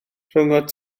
rhyngot